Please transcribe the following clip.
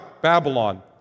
Babylon